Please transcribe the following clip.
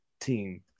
team